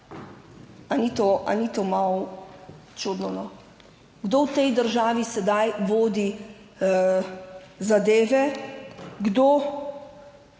A ni to malo čudno? Kdo v tej državi sedaj vodi zadeve? Kdo